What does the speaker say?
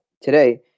today